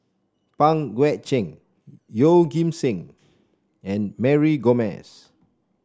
Pang Guek Cheng Yeoh Ghim Seng and Mary Gomes